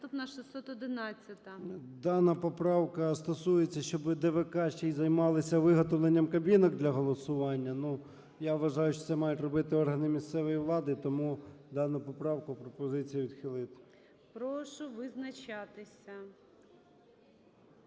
Дана поправка стосується, щоб ДВК ще займалися виготовленням кабінок для голосування. Ну, я вважаю, що це мають робити органи місцевої влади, тому дану поправку пропозиція відхилити. ГОЛОВУЮЧИЙ. Прошу визначатися.